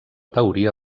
teoria